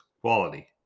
quality